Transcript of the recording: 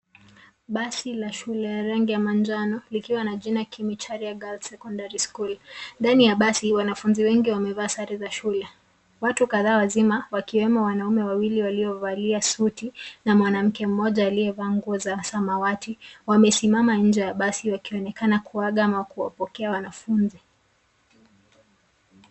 Basi la shule ya rangi ya manjano likiwa na jina Kamacharia Girls Secondary School. Ndani ya basi wanafunzi wengi wamevaa sare za shule. Watu kadhaa wazima wakiwemo wanaume wawili waliovalia suti na mwanamke mmoja aliyevaa nguo za samawati wamesimama nje ya basi wakionekana kuaga ama kuwapokea wanafunzi.